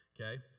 Okay